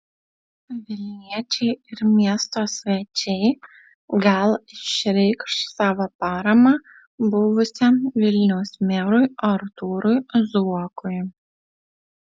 vilniečiai ir miesto svečiai gal išreikš savo paramą buvusiam vilniaus merui artūrui zuokui